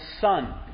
Son